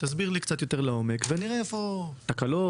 תסביר לי קצת יותר לעומק ונראה איפה יש תקלות,